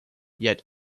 yet